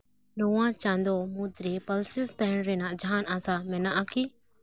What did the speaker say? ᱱᱚᱣᱟ ᱪᱟᱸᱫᱚ ᱢᱩᱫᱽᱨᱮ ᱯᱟᱞᱥᱮᱥ ᱛᱟᱦᱮᱱ ᱨᱮᱱᱟᱜ ᱡᱟᱦᱟᱱ ᱟᱥᱟ ᱢᱮᱱᱟᱜᱼᱟᱠᱤ